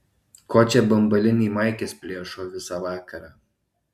ko čia bambaliniai maikes plėšo visą vakarą